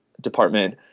department